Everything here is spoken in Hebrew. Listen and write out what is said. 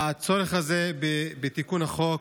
הצורך הזה בתיקון החוק,